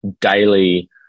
daily